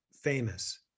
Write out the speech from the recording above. famous